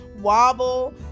wobble